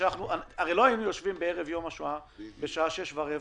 הרי לא היינו יושבים בערב יום השואה בשעה 18:15